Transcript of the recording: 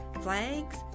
flags